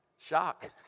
Shock